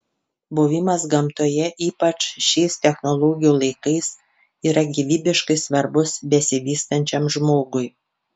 buvimas gamtoje ypač šiais technologijų laikais yra gyvybiškai svarbus besivystančiam žmogui